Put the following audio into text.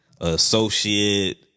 associate